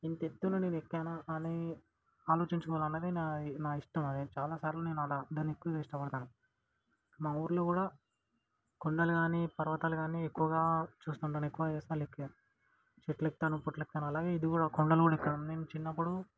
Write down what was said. ఇంత ఎత్తున నేనెక్కానా అని ఆలోచించుకోవాలన్నది నా ఇ నా ఇష్టం అది చాలా సార్లు నేను అలా దాని ఎక్కువగా ఇష్టపడతాను మా ఊర్లో కూడా కొండలు గానీ పర్వతాలు గానీ ఎక్కువగా చూస్తుంటాను ఎక్కవ చేస్తా లేక చెట్లెకుత్తాను పుట్లెకుత్తాను అలాగే ఇది కూడా కొండలు ఎక్కాను నేను చిన్నపుడు